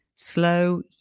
Slow